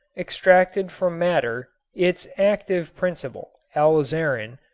extracted from madder its active principle, alizarin,